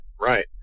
Right